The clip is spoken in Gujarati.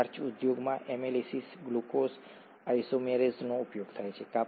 સ્ટાર્ચ ઉદ્યોગમાં એમિલેસિસ ગ્લુકોઝ આઇસોમેરેઝનો ઉપયોગ થાય છે